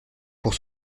pour